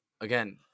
again